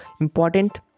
important